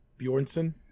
Bjornsson